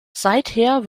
seither